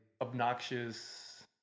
Obnoxious